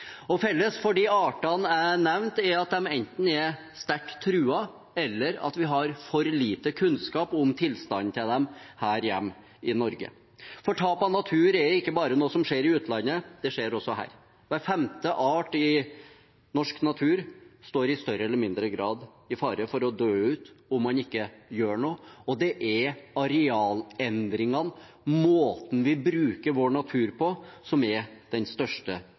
Felles for de artene jeg nevnte, er at de enten er sterkt truet, eller at vi har for lite kunnskap om tilstanden til dem her hjemme i Norge. Tap av natur er ikke noe som bare skjer i utlandet. Det skjer også her. Hver femte art i norsk natur står i større eller mindre grad i fare for å dø ut om man ikke gjør noe, og det er arealendringene, måten vi bruker vår natur på, som er den største